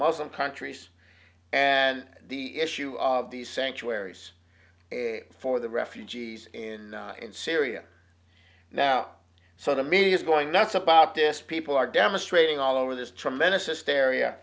muslim countries and the issue of these sanctuaries for the refugees in syria now so the media's going nuts about this people are demonstrating all over this tremendous hysteria